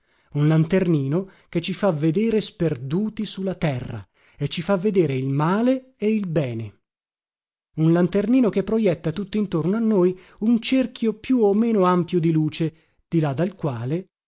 un lanternino che ci fa vedere sperduti su la terra e ci fa vedere il male e il bene un lanternino che projetta tuttintorno a noi un cerchio più o meno ampio di luce di là dal quale